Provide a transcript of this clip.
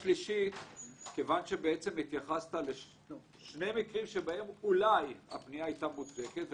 כיוון שהתייחסת לשני מקרים שבהם אולי הפנייה היתה מוצדקת,